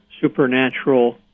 supernatural